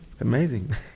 amazing